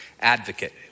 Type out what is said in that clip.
advocate